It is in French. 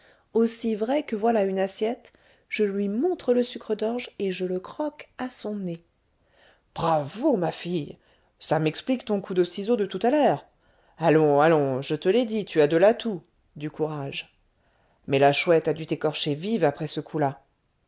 aussi vrai que voilà une assiette je lui montre le sucre d'orge et je le croque à son nez bravo ma fille ça m'explique ton coup de ciseaux de tout à l'heure allons allons je te l'ai dit tu as de l'atout du courage mais la chouette a dû t'écorcher vive après ce coup-là